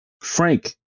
Frank